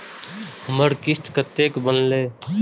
हमर किस्त कतैक बनले?